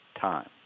time